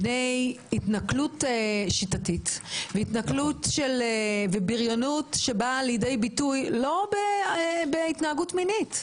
מהתנכלות שיטתית ובריונות שבאה לידי ביטוי לא בהתנהגות מינית,